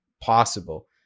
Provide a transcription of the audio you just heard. possible